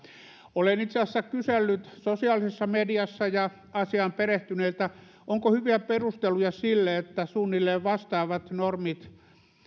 olen itse asiassa kysellyt sosiaalisessa mediassa ja asiaan perehtyneiltä onko hyviä perusteluja sille mikseivät suunnilleen vastaavat normit